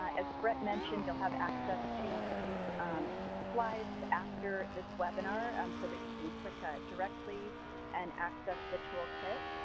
ah as brett mentioned, you'll have access to these slides after this webinar um so that you can click ah directly and access the toolkit.